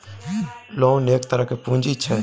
loan एक तरहक पुंजी छै